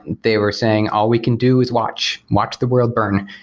they were saying all we can do is watch. watch the world burn.